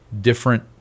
different